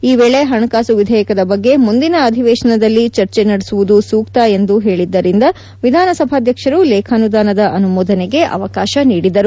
ಈ ವೇಳೆ ಹಣಕಾಸು ವಿಧೇಯಕದ ಬಗ್ಗೆ ಮುಂದಿನ ಅಧಿವೇಶನದಲ್ಲಿ ಚರ್ಚೆ ನಡೆಸುವುದು ಸೂಕ್ತ ಎಂದು ಹೇಳಿದ್ದರಿಂದ ವಿಧಾಸಭಾಧ್ಯಕ್ಷರು ಲೇಖಾನುಧಾನದ ಅನುಮೋದನೆಗೆ ಅವಕಾಶ ನೀಡಿದರು